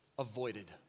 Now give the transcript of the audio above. avoided